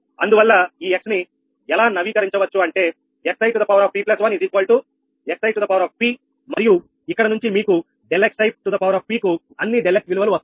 అందువల్ల ఈ x ని ఎలా నవీకరించ వచ్చు అంటే xiP1 xi మరియు ఇక్కడి నుంచి మీకు ∆xi కు అన్ని ∆𝑥 విలువలు వస్తాయి